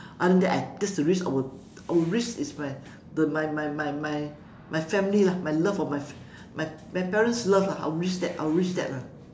other than that I that's the risk I would I would risk is my the my my my my my family lah my love of my my my parents love lah I would risk that I would risk that lah